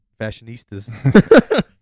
fashionistas